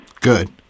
Good